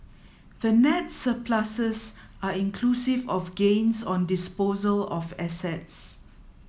the net surpluses are inclusive of gains on disposal of assets